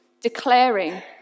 declaring